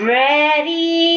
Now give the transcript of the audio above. ready